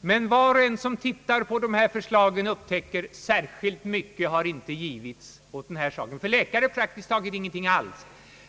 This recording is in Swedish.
Men var och en som tittar på förslagen upptäcker att särskilt mycket inte har givits åt den här saken. För läkare är det praktiskt taget ingenting alls.